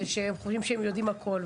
זה שהם חושבים שהם יודעים הכול,